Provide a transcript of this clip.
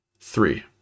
Three